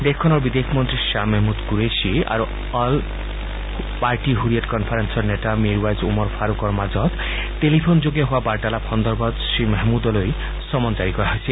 দেশখনৰ বিদেশ মন্ত্ৰী শ্বাহ মহমূদ কুৰেখীয়ে অল পাৰ্টী ছৰিয়ৎ কনফাৰেন্সৰ নেতা মীৰৱাইজ ওমৰ ফাৰুকৰ মাজত টেলিফোনযোগে হোৱা বাৰ্তালাপ সন্দৰ্ভত শ্ৰীমহমুদলৈ চমন জাৰি কৰা হৈছিল